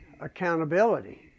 accountability